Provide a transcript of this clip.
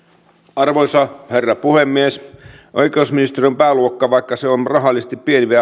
arvoisa herra puhemies vaikka oikeusministeriön pääluokka on rahallisesti pieni